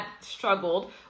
struggled